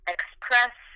express